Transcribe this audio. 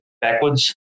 backwards